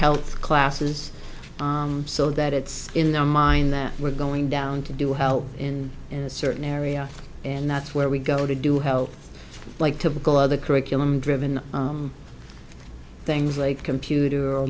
health classes so that it's in their mind that we're going down to do help in a certain area and that's where we go to do help like typical other curriculum driven things like computer or